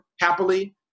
happily